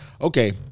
Okay